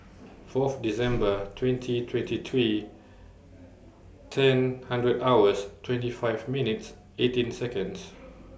Fourth December twenty twenty three ten hundred hours twenty five minutes eighteen Seconds